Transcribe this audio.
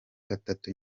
atatu